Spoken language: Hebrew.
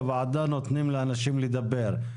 בוועדה נותנים לאנשים לדבר.